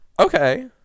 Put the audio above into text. Okay